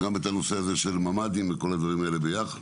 את הנושא של ממ"דים וכל הדברים האלה, יחד.